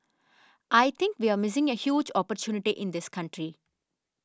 I think we're missing a huge opportunity in this country